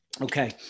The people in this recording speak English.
Okay